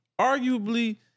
arguably